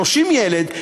30 ילדים,